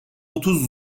otuz